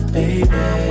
baby